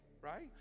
right